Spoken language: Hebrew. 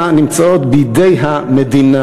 נמצאות בידי המדינה,